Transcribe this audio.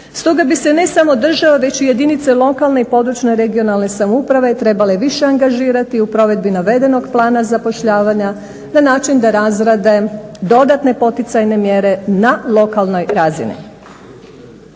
Stoga bi se ne samo država već i jedinice lokalne i područne, regionalne samouprave trebale više angažirati u provedbi navedenog plana zapošljavanja, na način da razrade dodatne poticajne mjere na lokalnoj razini.